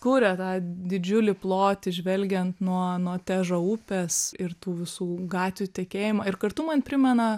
kūrė tą didžiulį plotį žvelgian nuo nuo težo upės ir tų visų gatvių tekėjimą ir kartu man primena